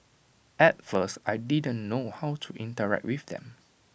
at first I didn't know how to interact with them